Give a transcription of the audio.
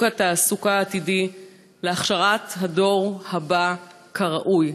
התעסוקה העתידי ולהכשרת הדור הבא כראוי?